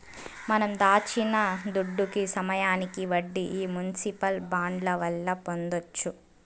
మనం దాచిన దుడ్డుకి సమయానికి వడ్డీ ఈ మునిసిపల్ బాండ్ల వల్ల పొందొచ్చు